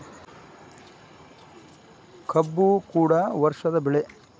ಕಬ್ಬು ಕೂಡ ವರ್ಷದ ಬೆಳೆ